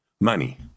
money